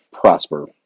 prosper